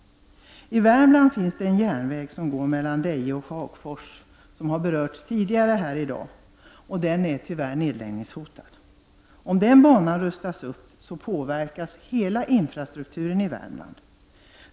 I Värmland finns det en järnväg som går mellan Deje och Hagfors. Den har berörts tidigare i dag. Den är tyvärr nedläggningshotad. Om den banan rustas upp påverkas hela infrastrukturen i Värmland.